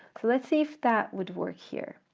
let's see if that would work here.